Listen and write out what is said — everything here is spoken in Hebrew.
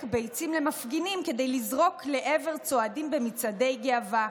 ביצים למפגינים כדי לזרוק לעבר צועדים במצעדי גאווה.